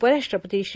उपराष्ट्रपती श्री